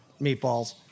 Meatballs